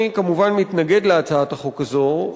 אני כמובן מתנגד להצעת החוק הזאת,